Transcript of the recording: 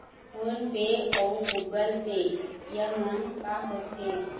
Phone पे अउ Google Pay येमन का होते?